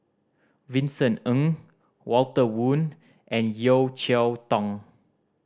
Vincent Ng Walter Woon and Yeo Cheow Tong